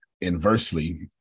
Inversely